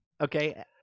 Okay